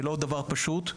זה לא דבר פשוט.